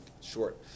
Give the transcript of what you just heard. short